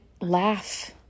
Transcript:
laugh